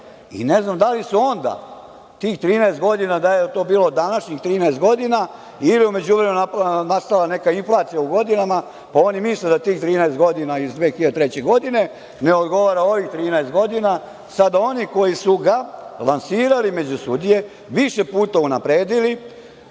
Ne znam da li im je onda tih 13 godina bilo današnjih 13 godina, ili je u međuvremenu nastala neka inflacija u godinama pa oni misle da tih 13 godina iz 2003. godine ne odgovara ovim 13 godina. Jer, sada oni koji su ga lansirali među sudije, više puta unapredili,